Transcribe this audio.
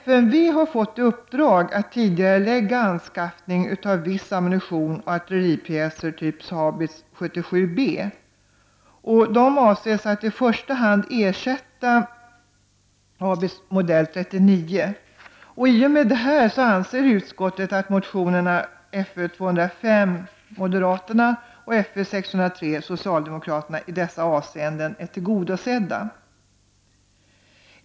FMV har fått i uppdrag att tidigarelägga anskaffning av viss ammunition och artilleripjäser typ haubits 77B. Dessa avses att i första hand ersätta haubits modell 39. I och med detta anser utskottet att motionerna Fö205 från moderaterna och Fö603 från socialdemokraterna i dessa avseenden är tillgodosedda.